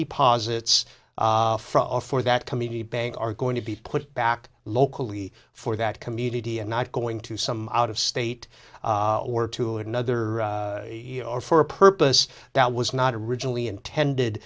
deposits from for that community bank are going to be put back locally for that community and not going to some out of state or to another for a purpose that was not originally intended